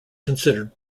considered